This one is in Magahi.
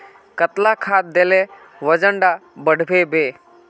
कतला खाद देले वजन डा बढ़बे बे?